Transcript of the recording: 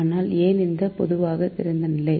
ஆனால் ஏன் இது பொதுவாக திறந்த நிலை